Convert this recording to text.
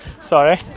Sorry